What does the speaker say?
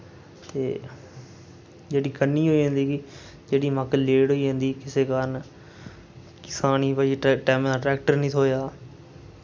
ते जेह्ड़ी कन्नी होई जंदी कि जेह्ड़ी मक्क लेट होई जंदी कुसै कारण किसान ही भाई ट टैम दा ट्रैक्टर निं थ्होआ